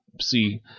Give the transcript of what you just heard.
see